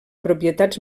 propietats